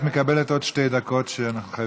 את מקבלת עוד שתי דקות שאנחנו חייבים לך,